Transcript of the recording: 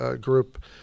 group